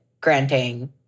granting